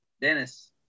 Dennis